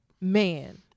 man